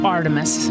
Artemis